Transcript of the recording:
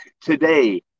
today